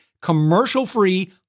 commercial-free